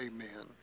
Amen